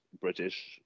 British